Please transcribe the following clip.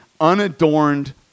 unadorned